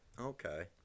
Okay